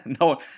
no